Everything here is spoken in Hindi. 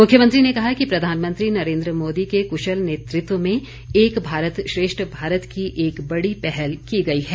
मुख्यमंत्री ने कहा कि प्रधानमंत्री नरेंद्र मोदी के कुशल नेतृत्व में एक भारत श्रेष्ठ भारत की एक बड़ी पहल की गई है